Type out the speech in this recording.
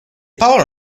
paolo